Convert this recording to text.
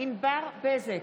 ענבר בזק,